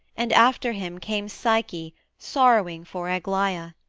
and after him came psyche, sorrowing for aglaia.